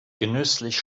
genüsslich